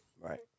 Right